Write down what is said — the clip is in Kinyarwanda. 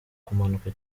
kumanuka